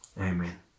Amen